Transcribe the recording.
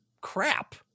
crap